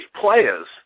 players